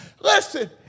Listen